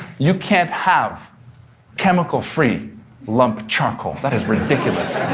you can't have chemical-free lump charcoal. that is ridiculous.